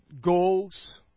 goals